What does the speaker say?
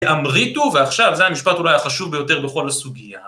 אמריתו, ועכשיו זה המשפט אולי החשוב ביותר בכל הסוגיה.